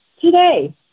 today